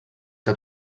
que